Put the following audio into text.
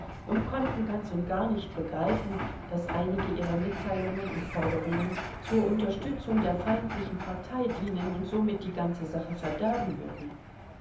und konnten ganz und gar nicht begreifen daß einige ihrer mitteilungen und forderungen zur unterstützung der feindlichen partei dienen und somit die ganze sache verderben würden